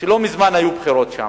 שלא מזמן היו בחירות שם.